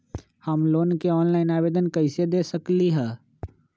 हम लोन के ऑनलाइन आवेदन कईसे दे सकलई ह?